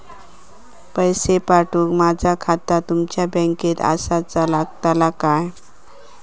पैसे पाठुक माझा खाता तुमच्या बँकेत आसाचा लागताला काय?